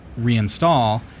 reinstall